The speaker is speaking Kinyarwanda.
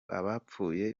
abapfuye